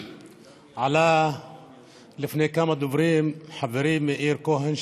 עלה לפני כמה דוברים חברי מאיר כהן,